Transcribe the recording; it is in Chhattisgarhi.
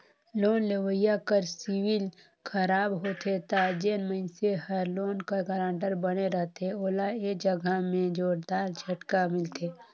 लोन लेवइया कर सिविल खराब होथे ता जेन मइनसे हर लोन कर गारंटर बने रहथे ओला ए जगहा में जोरदार झटका मिलथे